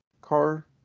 car